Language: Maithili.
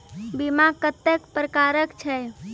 बीमा कत्तेक प्रकारक छै?